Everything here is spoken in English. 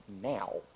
now